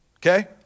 Okay